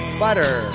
butter